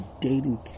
dating